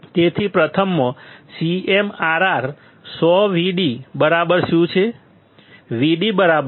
તેથી પ્રથમમાં CMRR 100 Vd બરાબર શું છે